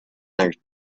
mark